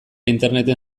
interneten